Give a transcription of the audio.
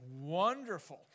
wonderful